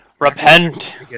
Repent